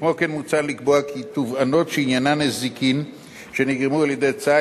כמו כן מוצע לקבוע כי תובענות שעניינן נזקים שנגרמו על-ידי צה"ל